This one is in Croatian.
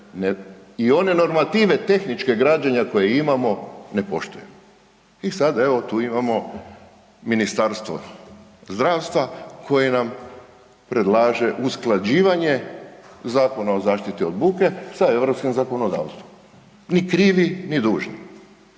i normative tehničkog građenja koje imamo, ne poštujemo. I sad evo tu imamo Ministarstvo zdravstva koje nam predlaže usklađivanje Zakona o zaštiti od buke sa europskim zakonodavstvom, ni krivi ni dužni.